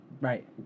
Right